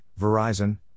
Verizon